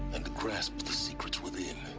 and grasp the secrets within